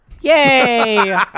Yay